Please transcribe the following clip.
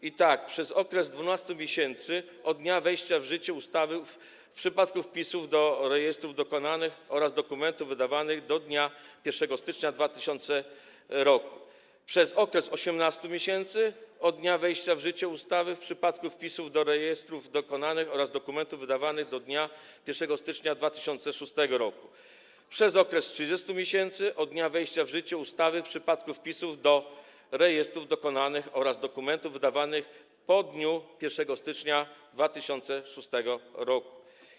I tak: przez okres 12 miesięcy od dnia wejścia w życie ustawy - w przypadku wpisów do rejestrów dokonanych oraz dokumentów wydanych do dnia 1 stycznia 2000 r., przez okres 18 miesięcy od dnia wejścia w życie ustawy - w przypadku wpisów do rejestrów dokonanych oraz dokumentów wydanych do dnia 1 stycznia 2006 r., przez okres 30 miesięcy od dnia wejścia w życie ustawy - w przypadku wpisów do rejestrów dokonanych oraz dokumentów wydanych po dniu 1 stycznia 2006 r.